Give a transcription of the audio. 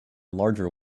larger